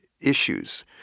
issues